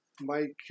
Mike